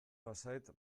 bazait